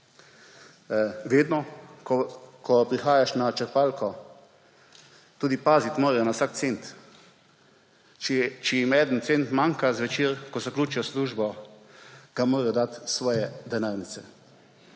vedno ko prihajaš na črpalko, tudi paziti morajo na vsak cent. Če jim en cent manjka zvečer, ko zaključijo službo, ga morajo dati iz svoje denarnice.